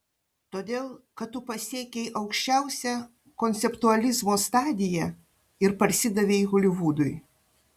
todėl kad tu pasiekei aukščiausią konceptualizmo stadiją ir parsidavei holivudui